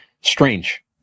Strange